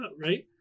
right